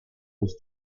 was